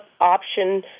option